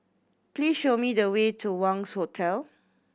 please show me the way to Wangz Hotel